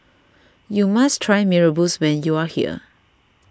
you must try Mee Rebus when you are here